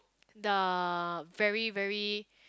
the very very